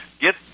Get